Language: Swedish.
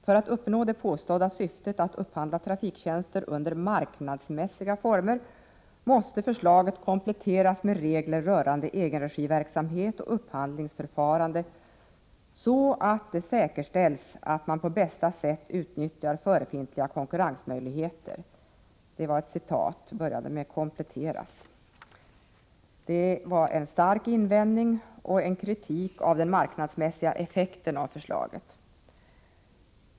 För att uppnå det påstådda syftet att upphandla trafiktjänster under marknadsmässiga former måste förslaget ”kompletteras med regler rörande egenregiverksamhet och upphandlingsförfarande så att det säkerställs att man på bästa sätt utnyttjar förefintliga konkurrensmöjligheter” — en stark invändning mot och kritik av den marknadsmässiga effekten av förslaget.